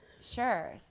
sure